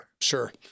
Sure